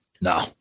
No